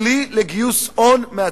כלי לגיוס הון מהציבור.